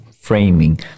framing